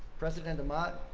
president amott,